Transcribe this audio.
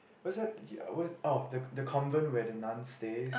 what's that yeah oh the the convent where the nun stays